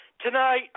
tonight